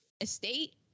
estate